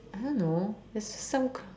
I don't know there's some